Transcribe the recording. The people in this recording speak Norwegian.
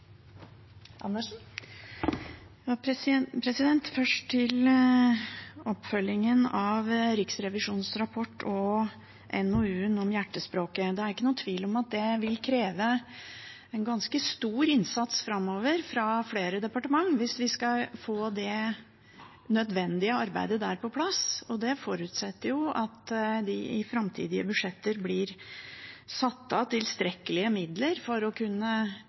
jeg avslutter der. Først til oppfølgingen av Riksrevisjonens rapport og NOU-en Hjertespråket: Det er ikke noen tvil om at det vil kreve en ganske stor innsats framover fra flere departement hvis vi skal få det nødvendige arbeidet på plass. Det forutsetter jo at det i framtidige budsjetter blir satt av tilstrekkelige midler til å kunne